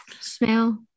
smell